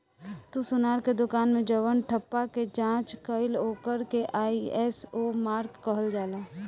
तू सोनार के दुकान मे जवन ठप्पा के जाँच कईल ओकर के आई.एस.ओ मार्क कहल जाला